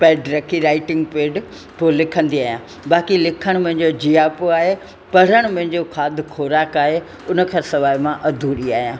pad रखी writing pad पोइ लिखंदी आहियां बाक़ी लिखणु मुंहिंजो जियापो आहे पढ़णु मुंहिंजो खाधि ख़ोराक आहे उन खां सवाइ मां अधूरी आहियां